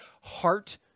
heart